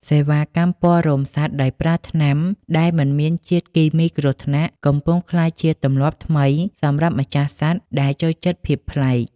សេវាកម្មពណ៌រោមសត្វដោយប្រើថ្នាំដែលមិនមានជាតិគីមីគ្រោះថ្នាក់ កំពុងក្លាយជាទម្លាប់ថ្មីសម្រាប់ម្ចាស់សត្វដែលចូលចិត្តភាពប្លែក។